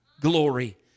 glory